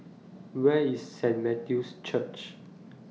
Where IS Saint Matthew's Church